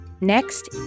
Next